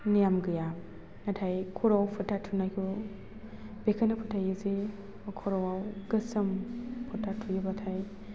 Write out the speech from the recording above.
नेम गैया नाथाय खर'आव फोथा थुनायखौ बेखौनो फोथायो जे खर'आव गोसोम फोथा थुयोबाथाय